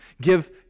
Give